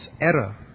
error